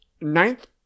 Ninth